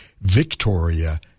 Victoria